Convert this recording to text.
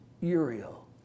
Uriel